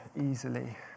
easily